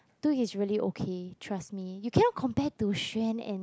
two years really okay trust me you cannot compare to Sean and